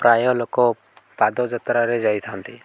ପ୍ରାୟ ଲୋକ ପାଦଯାତ୍ରାରେ ଯାଇଥାନ୍ତି